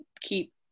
keep